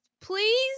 please